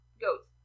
goats